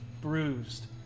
bruised